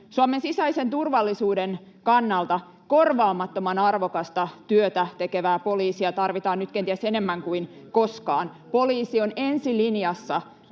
Suomen sisäisen turvallisuuden kannalta korvaamattoman arvokasta työtä tekevää poliisia tarvitaan nyt kenties enemmän kuin koskaan. Poliisi on ensilinjassa